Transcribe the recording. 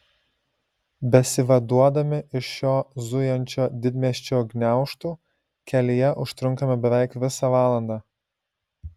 besivaduodami iš šio zujančio didmiesčio gniaužtų kelyje užtrunkame beveik visą valandą